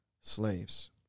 slaves